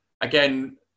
again